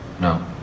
No